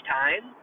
time